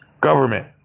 government